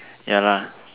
ya lah